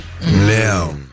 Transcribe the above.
Now